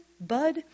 bud